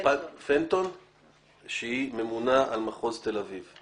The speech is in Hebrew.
פנטון שהיא ממונה על מחוז תל אביב.